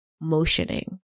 motioning